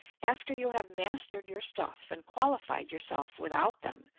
after you have mastered your stuff and qualified yourself without them,